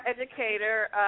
educator